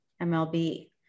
MLB